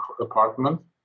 apartment